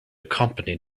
company